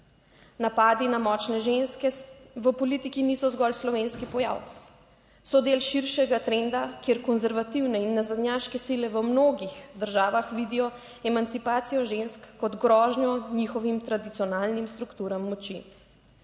Napadi na močne ženske v politiki niso zgolj slovenski pojav, so del širšega trenda, kjer konservativne in nazadnjaške sile v mnogih državah vidijo emancipacijo žensk kot grožnjo njihovim tradicionalnim strukturam moči.